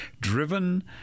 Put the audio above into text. driven –